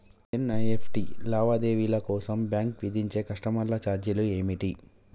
NEFT లావాదేవీల కోసం bank విధించే కస్టమర్ ఛార్జీలు ఏమిటి?